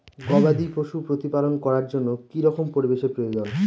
গবাদী পশু প্রতিপালন করার জন্য কি রকম পরিবেশের প্রয়োজন?